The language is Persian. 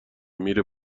میره